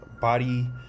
body